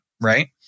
Right